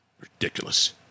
Ridiculous